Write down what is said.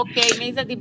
בסדר.